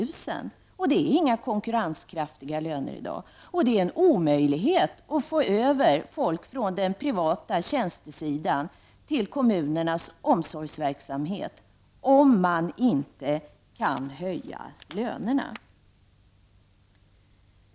i månaden, och sådana löner är inte konkurrenskraftiga i dag. Det är en omöjlighet att få över folk från det privata tjänsteområdet till kommunernas omsorgsverksamhet om man inte kan höja lönerna.